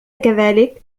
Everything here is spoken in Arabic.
كذلك